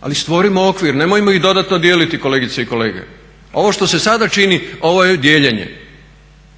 Ali stvorimo okvir, nemojmo ih dodatno dijeliti kolegice i kolege. Ovo što se sada čini ovo je dijeljenje,